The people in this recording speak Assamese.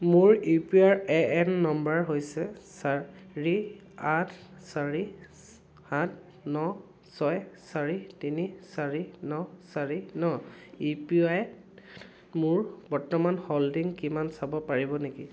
মোৰ U P R A N নম্বৰ হৈছে চাৰি আঠ চাৰি চা সাত ন ছয় চাৰি তিনি চাৰি ন চাৰি ন এ পি ৱাই ত মোৰ বৰ্তমান হোল্ডিং কিমান চাব পাৰিব নেকি